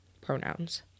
pronouns